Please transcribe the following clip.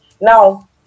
Now